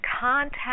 contact